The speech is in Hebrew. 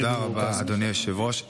תודה רבה, אדוני היושב-ראש.